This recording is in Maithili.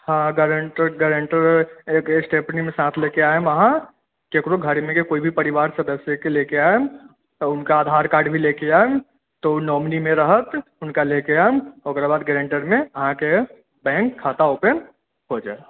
हँ गैरेंटर गैरेंटरो एक स्टेपनी मे साथ ले के आयब अहाँ केकरो घरमे कोइ परिवार सदस्य के लए के आयब उनका आधार कार्ड भी ले के आयब तऽ ओ नौमनी मे रहत हुनका लए के आयब ओकरा बाद गैरेंटर मे अहाँके बैंक खाता ओपन हो जाएत